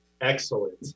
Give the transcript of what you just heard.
Excellent